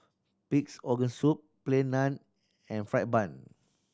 Pig's Organ Soup Plain Naan and fried bun